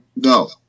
No